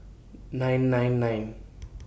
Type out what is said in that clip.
nine nine nine